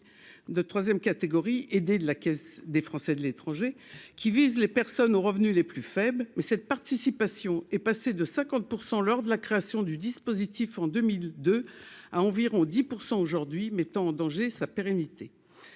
de 3ème catégorie des de la caisse des Français de l'étranger qui vise les personnes aux revenus les plus faibles, mais cette participation est passé de 50 % lors de la création du dispositif en 2002 à environ 10 % aujourd'hui mettent en danger sa pérennité,